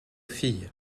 fille